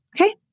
Okay